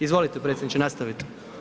Izvolite predsjedniče nastavite.